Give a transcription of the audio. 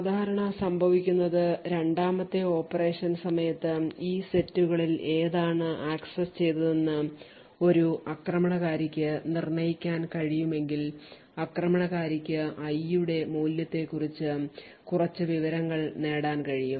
സാധാരണ സംഭവിക്കുന്നത് രണ്ടാമത്തെ ഓപ്പറേഷൻ സമയത്ത് ഈ സെറ്റുകളിൽ ഏതാണ് ആക്സസ് ചെയ്തതെന്ന് ഒരു ആക്രമണകാരിക്ക് നിർണ്ണയിക്കാൻ കഴിയുമെങ്കിൽ ആക്രമണകാരിക്ക് i യുടെ മൂല്യത്തെക്കുറിച്ച് കുറച്ച് വിവരങ്ങൾ നേടാൻ കഴിയും